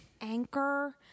anchor